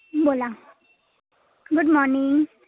बोला good morning